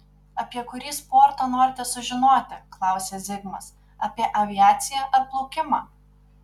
apie kurį sportą norite sužinoti klausia zigmas apie aviaciją ar plaukimą